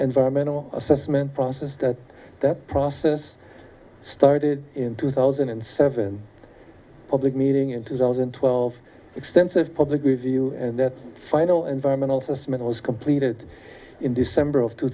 environmental assessment process that that process started in two thousand and seven public meeting in two thousand and twelve extensive public review and that final environmental assessment was completed in december of two